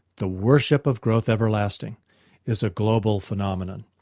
the worship of growth everlasting is a global phenomenon,